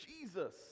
Jesus